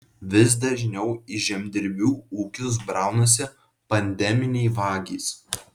vis dažniau į žemdirbių ūkius braunasi pandeminiai vagys